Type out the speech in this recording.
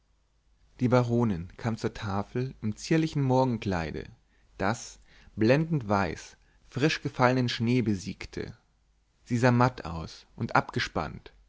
die baronin kam zur tafel im zierlichen morgenkleide das blendend weiß frisch gefallenen schnee besiegte sie sah matt aus und abgespannt